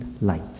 light